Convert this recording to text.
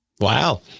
Wow